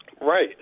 Right